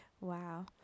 wow